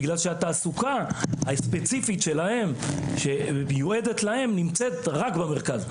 בגלל שהתעסוקה הספציפית שלהן שמיועדת להן נמצאת רק במרכז,